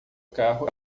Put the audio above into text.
carro